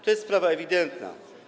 To jest sprawa ewidentna.